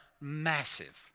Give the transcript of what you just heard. massive